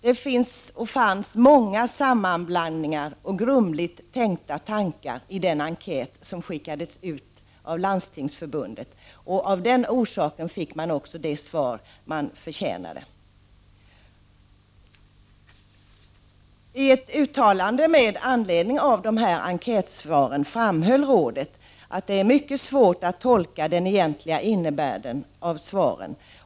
Det fanns många sammanblandningar, grumligt tänkta tankar m.m. i den enkät som skickades ut från Landstingsförbundet. Av den anledningen fick man också de svar man förtjänade. I ett uttalande i anledning av enkätsvaren framhöll rådet att det är mycket svårt att tolka den egentliga innebörden av svaren.